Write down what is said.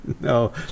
No